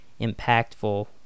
impactful